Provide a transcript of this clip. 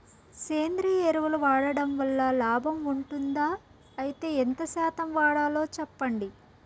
సేంద్రియ ఎరువులు వాడడం వల్ల లాభం ఉంటుందా? అయితే ఎంత శాతం వాడాలో చెప్పండి?